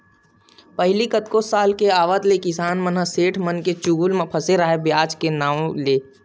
पहिली कतको साल के आवत ले किसान मन ह सेठ मनके चुगुल म फसे राहय बियाज के नांव ले